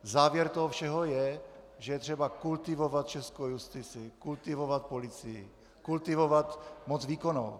Závěr toho všeho je, že je třeba kultivovat českou justici, kultivovat policii, kultivovat moc výkonnou.